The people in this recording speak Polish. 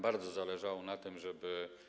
Bardzo nam zależało na tym, żeby.